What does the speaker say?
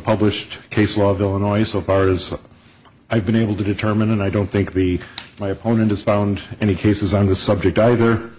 published case law of illinois so far as i've been able to determine and i don't think the my opponent has found any cases on this subject either